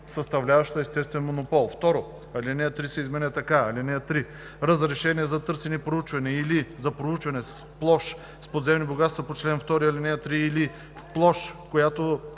съставляваща естествен монопол; 2. Алинея 3 се изменя така: „(3) Разрешение за търсене и проучване или за проучване в площ с подземни богатства по чл. 2, ал. 3 или в площ, която